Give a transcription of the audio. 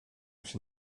się